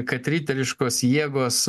kad riteriškos jėgos